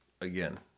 Again